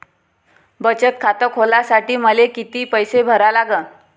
बचत खात खोलासाठी मले किती पैसे भरा लागन?